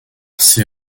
ces